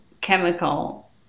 chemical